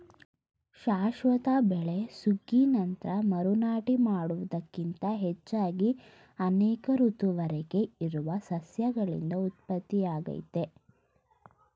ಶಾಶ್ವತ ಬೆಳೆ ಸುಗ್ಗಿ ನಂತ್ರ ಮರು ನಾಟಿ ಮಾಡುವುದಕ್ಕಿಂತ ಹೆಚ್ಚಾಗಿ ಅನೇಕ ಋತುವರೆಗೆ ಇರುವ ಸಸ್ಯಗಳಿಂದ ಉತ್ಪತ್ತಿಯಾಗ್ತದೆ